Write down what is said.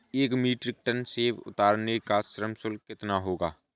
एक metric tonne सेव उतारने का श्रम शुल्क कितना होगा?